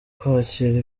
kwakira